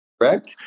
correct